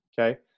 Okay